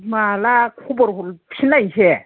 माला खबर हरफिनलायसै